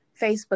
facebook